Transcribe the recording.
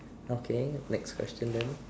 okay next question then